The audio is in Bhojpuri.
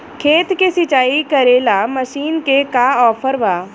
खेत के सिंचाई करेला मशीन के का ऑफर बा?